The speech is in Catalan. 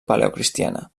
paleocristiana